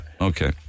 okay